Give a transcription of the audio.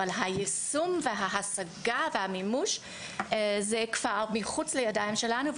אבל היישום וההשגה והמימוש הם כבר מחוץ לידיים שלנו.